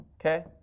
Okay